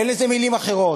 אין לזה מילים אחרות.